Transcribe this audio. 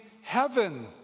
heaven